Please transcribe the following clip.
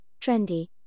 trendy